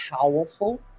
powerful